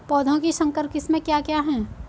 पौधों की संकर किस्में क्या क्या हैं?